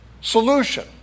solution